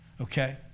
okay